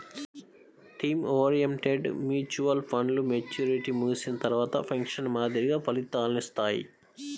theme oriented mutual ఫండ్లు maturity ముగిసిన తర్వాత పెన్షన్ మాదిరిగా ఫలితాలనిత్తాయి